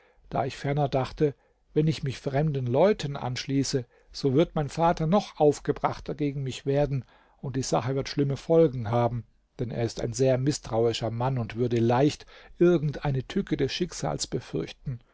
da ich ferner dachte wenn ich mich fremden leuten anschließe so wird mein vater noch aufgebrachter gegen mich werden und die sache wird schlimme folgen haben denn er ist ein sehr mißtrauischer mann und würde leicht irgendeine tücke des schicksals